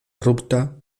ruta